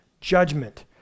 judgment